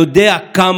הם דווקא ערבים,